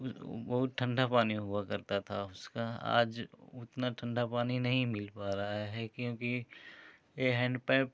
बहुत ठंडा पानी हुआ करता था उसका आज उतना ठंडा पानी नहीं मिल पा रहा है क्योंकि ये हैंड पाइप